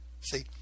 See